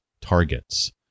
targets